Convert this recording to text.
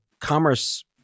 commerce